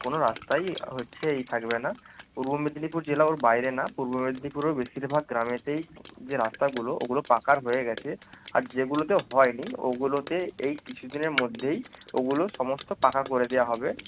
কোনো রাস্তাই হচ্ছে ইয়ে থাকবে না পূর্ব মেদিনীপুর জেলা ওর বাইরে না পূর্ব মেদিনীপুরও বেশিরভাগ গ্রামেতেই যে রাস্তাগুলো ওগুলো পাকার হয়ে গেছে আর যেগুলোতে হয়নি ওগুলোতে এই কিছুদিনের মধ্যেই ওগুলো সমস্ত পাকা করে দেওয়া হবে